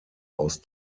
aus